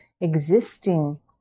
existing